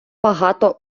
багато